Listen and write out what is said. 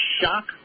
Shock